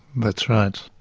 that's right.